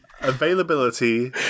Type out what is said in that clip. Availability